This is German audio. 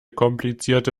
komplizierte